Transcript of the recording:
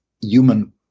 human